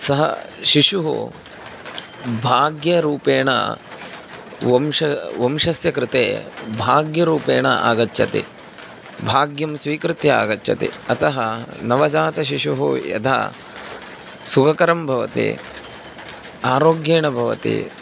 सः शिशुः भाग्यरूपेण वंशः वंशस्य कृते भाग्यरूपेण आगच्छति भाग्यं स्वीकृत्य आगच्छति अतः नवजातशिशुः यदा सुखकरं भवति आरोग्येण भवति